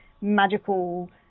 magical